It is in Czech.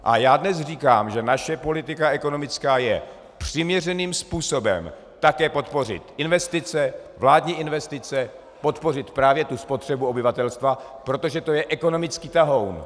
A já dnes říkám, že naše ekonomická politika je přiměřeným způsobem také podpořit investice, vládní investice, podpořit právě tu spotřebu obyvatelstva, protože to je ekonomický tahoun.